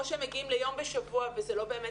או שהם מגיעים ליום בשבוע וזה לא באמת